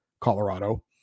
Colorado